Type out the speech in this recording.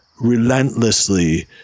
relentlessly